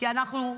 כי אנחנו,